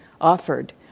offered